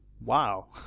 Wow